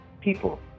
people